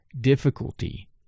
difficulty